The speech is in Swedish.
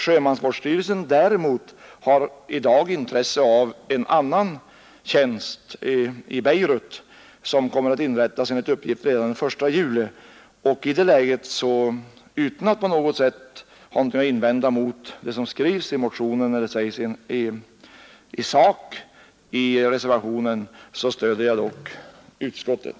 Sjömansvårdsstyrelsen har däremot i dag intresse av en annan tjänst, i Beirut, som enligt uppgift kommer att inrättas redan den 1 juli. Utan att på något sätt invända mot det som skrivs i sak i motionen och reservationen stödjer jag dock utskottet.